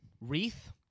wreath